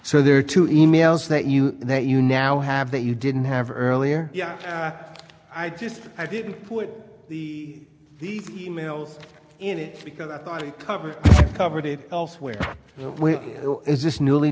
so there are two e mails that you that you now have that you didn't have early or yeah i just i didn't put the these e mails in it because i thought it covered covered it elsewhere where is this newly